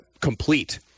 complete